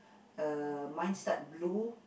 uh mine start blue